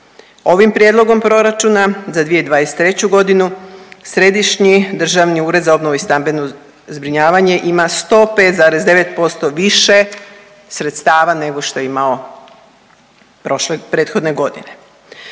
Ovim prijedlogom proračuna za 2023. godinu Središnji državni ured za obnovu i stambeno zbrinjavanje ima 105,9% više nego što je imao prošle, prethodne godine.